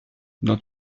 dans